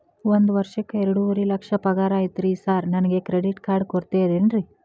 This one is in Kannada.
ಒಂದ್ ವರ್ಷಕ್ಕ ಎರಡುವರಿ ಲಕ್ಷ ಪಗಾರ ಐತ್ರಿ ಸಾರ್ ನನ್ಗ ಕ್ರೆಡಿಟ್ ಕಾರ್ಡ್ ಕೊಡ್ತೇರೆನ್ರಿ?